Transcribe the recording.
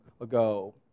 ago